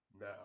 now